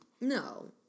No